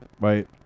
right